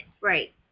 Right